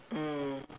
mm